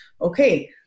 Okay